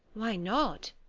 why not?